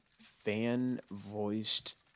fan-voiced